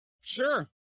Sure